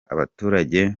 abaturage